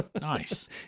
Nice